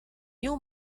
new